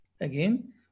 Again